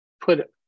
put